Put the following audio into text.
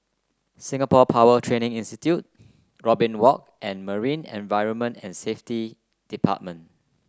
Singapore Power Training Institute Robin Walk and Marine Environment and Safety Department